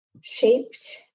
shaped